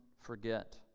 forget